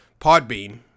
podbean